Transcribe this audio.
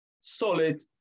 solid